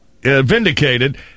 vindicated